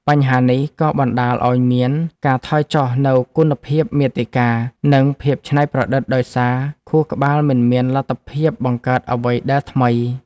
បញ្ហានេះ ក៏បណ្ដាលឱ្យមានការថយចុះនូវគុណភាពមាតិកា និងភាពច្នៃប្រឌិត ដោយសារខួរក្បាលមិនមានលទ្ធភាពបង្កើតអ្វីដែលថ្មី។